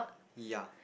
yeah